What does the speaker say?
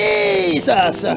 Jesus